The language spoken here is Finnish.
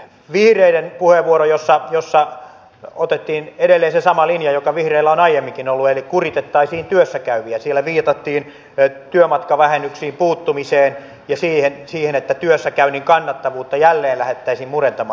tässä vihreiden puheenvuorossa jossa otettiin edelleen se sama linja joka vihreillä on aiemminkin ollut eli kuritettaisiin työssä käyviä viitattiin työmatkavähennyksiin puuttumiseen ja siihen että työssäkäynnin kannattavuutta jälleen lähdettäisiin murentamaan